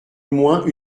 moins